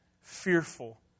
fearful